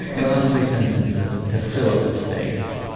the last three sentences to fill up the space.